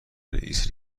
رئیست